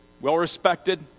well-respected